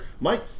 Mike